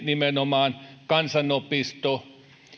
nimenomaan kansanopisto